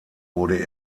wurde